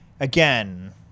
Again